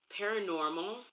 Paranormal